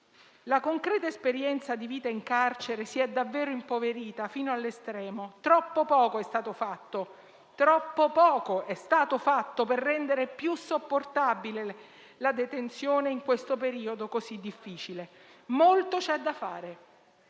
La concreta esperienza di vita in carcere si è davvero impoverita fino all'estremo. Troppo poco è stato fatto - lo sottolineo - per rendere più sopportabile la detenzione in questo periodo così difficile. Molto c'è da fare,